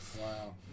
Wow